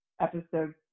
episode